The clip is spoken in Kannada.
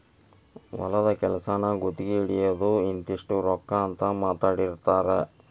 ಹೊಲದ ಕೆಲಸಾನ ಗುತಗಿ ಹಿಡಿಯುದು ಇಂತಿಷ್ಟ ರೊಕ್ಕಾ ಅಂತ ಮಾತಾಡಿರತಾರ